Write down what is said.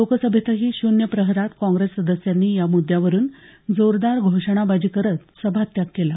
लोकसभेतही शून्य प्रहरात काँग्रेस सदस्यांनी या मुद्यावरून जोरदार घोषणाबाजी करत सभात्याग केला